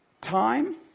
Time